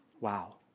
Wow